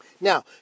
now